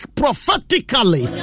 prophetically